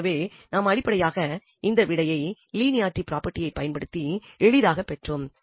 எனவே நாம் அடிப்படையாக இந்த விடையை லீனியரிட்டி ப்ராப்பெர்ட்டியை பயன்படுத்தி எளிதாக பெற்றோம்